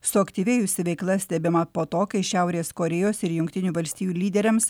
suaktyvėjusi veikla stebima po to kai šiaurės korėjos ir jungtinių valstijų lyderiams